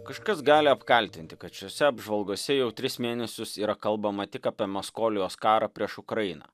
kažkas gali apkaltinti kad šiose apžvalgose jau tris mėnesius yra kalbama tik apie maskolijos karą prieš ukrainą